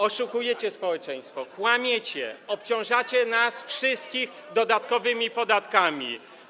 Oszukujecie społeczeństwo, kłamiecie, obciążacie nas wszystkich dodatkowymi podatkami.